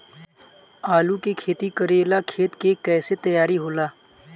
आलू के खेती करेला खेत के कैसे तैयारी होला?